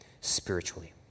spiritually